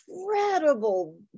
incredible